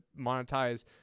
monetize